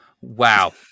Wow